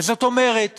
זאת אומרת